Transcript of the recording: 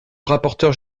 rapporteur